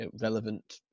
relevant